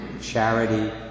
charity